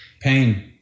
Pain